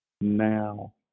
now